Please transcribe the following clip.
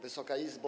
Wysoka Izbo!